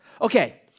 Okay